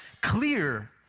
clear